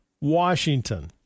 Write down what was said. Washington